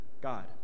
God